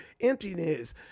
emptiness